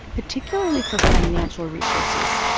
particularly for financial resources,